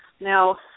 Now